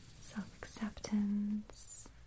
self-acceptance